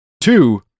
Two